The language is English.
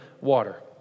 water